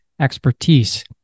expertise